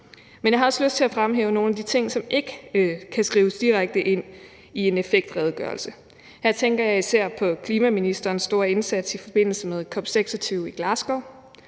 Men jeg har også lyst til at fremhæve nogle af de ting, som ikke kan skrives direkte ind i en effektredegørelse, og her tænker jeg især på klimaministerens store indsats i forbindelse med COP26 i Glasgow.